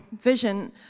vision